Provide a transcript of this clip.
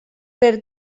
per